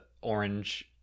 orange